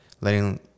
letting